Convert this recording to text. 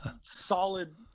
solid